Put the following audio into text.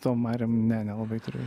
tom mariom ne nelabai turiu